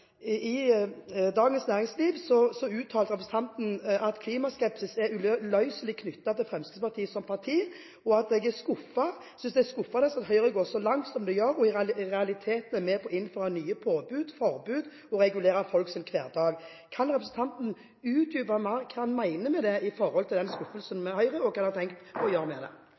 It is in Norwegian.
det. Til Dagens Næringsliv uttalte representanten Amundsen: «Klimaskepsis er uløselig knyttet til Frp som parti.» Videre sier han: «Jeg synes det er skuffende at Høyre går så langt som de gjør og i realiteten er med på å innføre nye påbud, forbud og regulere folks hverdag.» Kan representanten utdype mer hva han mener med det når det gjelder skuffelsen over Høyre, og hva han har tenkt å gjøre med det?